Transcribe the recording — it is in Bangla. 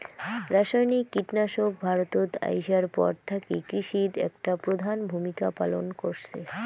রাসায়নিক কীটনাশক ভারতত আইসার পর থাকি কৃষিত একটা প্রধান ভূমিকা পালন করসে